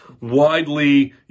widely